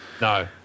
No